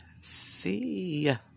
see